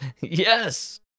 Yes